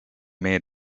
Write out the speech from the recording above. made